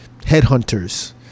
Headhunters